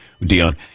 Dion